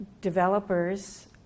developers